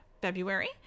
February